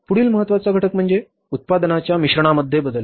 पुढील महत्त्वाचा घटक म्हणजे उत्पादनाच्या मिश्रणामध्ये बदल